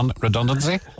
redundancy